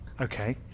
Okay